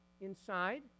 inside